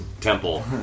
temple